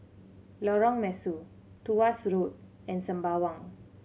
Lorong Mesu Tuas Road and Sembawang